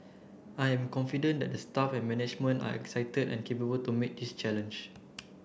I am confident that the staff and management are excited and capable to meet this challenge